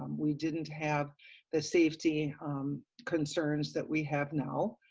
um we didn't have the safety um concerns that we have now,